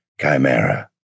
Chimera